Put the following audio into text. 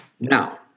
Now